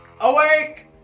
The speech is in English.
Awake